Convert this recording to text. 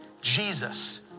Jesus